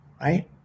right